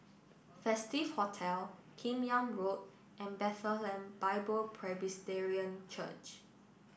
Festive Hotel Kim Yam Road and Bethlehem Bible Presbyterian Church